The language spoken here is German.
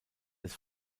des